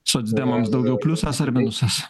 socdemams daugiau pliusas ar minusas